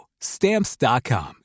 Stamps.com